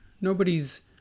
Nobody's